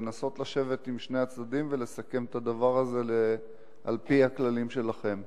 לנסות לשבת עם שני הצדדים ולסכם את הדבר הזה על-פי הכללים שלכם.